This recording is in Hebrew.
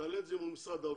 נעלה את זה מול משרד האוצר,